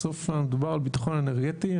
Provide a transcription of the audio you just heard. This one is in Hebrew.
בסוף מדובר על ביטחון אנרגטי.